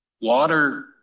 water